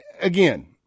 Again